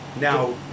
now